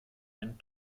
einen